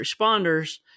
responders